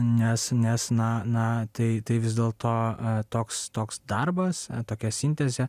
nes nes na na tai tai vis dėlto toks toks darbas tokia sintezė